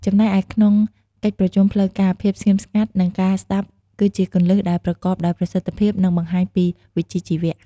ចំណែកឯនៅក្នុងកិច្ចប្រជុំផ្លូវការ ភាពស្ងៀមស្ងាត់ និងការស្តាប់គឺជាគន្លឹះដែលប្រកបដោយប្រសិទ្ធភាព និងបង្ហាញពីវិជ្ជាជីវៈ។